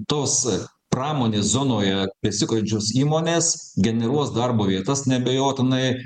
tos pramonės zonoje besikuriančios įmonės generuos darbo vietas neabejotinai